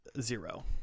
zero